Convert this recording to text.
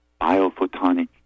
biophotonic